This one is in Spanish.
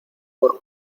por